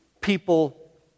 people